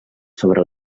sobre